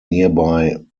nearby